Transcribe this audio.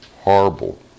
horrible